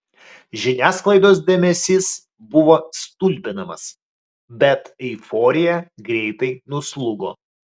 žiniasklaidos dėmesys buvo stulbinamas bet euforija greitai nuslūgo